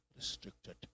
Restricted